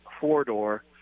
four-door